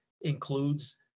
includes